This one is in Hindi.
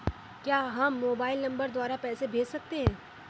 क्या हम मोबाइल नंबर द्वारा पैसे भेज सकते हैं?